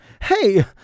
Hey